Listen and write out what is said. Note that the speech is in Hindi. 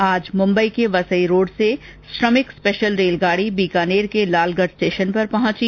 आज मुम्बई के वसई रोड़ से श्रमिक स्पेशल रेलगाड़ी बीकानेर के लालगढ़ स्टेशन पर पहुंची